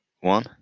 one